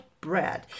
bread